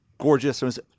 gorgeous